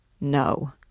No